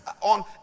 on